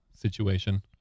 situation